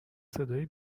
صدای